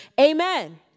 Amen